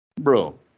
Bro